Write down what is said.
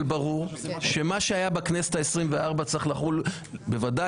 ברור שמה שהיה בכנסת ה-24 צריך לחול בוודאי,